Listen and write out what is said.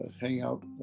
hangout